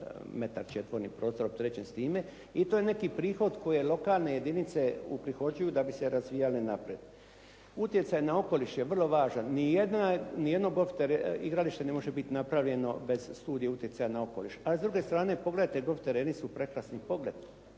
metar četvorni prostora opterećen s time i to je neki prihod koji lokalne jedinice uprihođuju da bi se razvijale naprijed. Utjecaj na okoliš je vrlo važan. Nijedno golf igralište ne može biti napravljeno bez studije utjecaja na okoliš. A s druge strane, golf tereni su prekrasni pogled.